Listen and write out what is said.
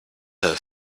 her